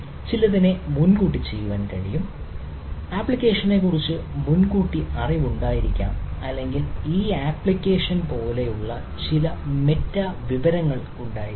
ചിലതിനെ മുൻകൂട്ടി ചെയ്യാൻ കഴിയും ആപ്ലിക്കേഷനെക്കുറിച്ച് കുറച്ച് മുൻകൂട്ടി അറിവുണ്ടായിരിക്കാം അല്ലെങ്കിൽ ഈ ആപ്ലിക്കേഷൻ പോലുള്ള ചില മെറ്റാ വിവരങ്ങൾ ഉണ്ടായിരിക്കാം